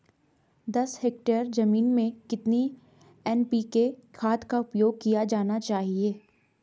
दस हेक्टेयर जमीन में कितनी एन.पी.के खाद का उपयोग किया जाना चाहिए?